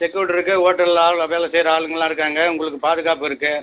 security இருக்கு ஹோட்டலில் ஆளு வேலை செய்கிற ஆளுங்கெல்லாம் இருக்காங்கள் உங்களுக்கு பாதுகாப்பு இருக்குது